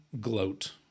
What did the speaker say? gloat